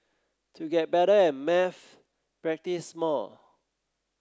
to get better at maths practise more